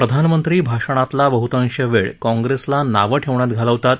प्रधानमंत्री भाषणातला बहतांश वेळ काँग्रेसला नावं ठेवण्यात घालवतात